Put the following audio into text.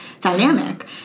dynamic